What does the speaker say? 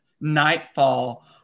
Nightfall